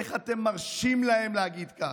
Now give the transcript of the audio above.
איך אתם מרשים להם להגיד כך?